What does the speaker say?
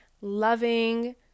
Loving